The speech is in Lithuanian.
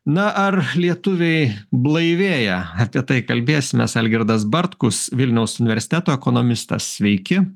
na ar lietuviai blaivėja apie tai kalbėsimės algirdas bartkus vilniaus universiteto ekonomistas sveiki